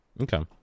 Okay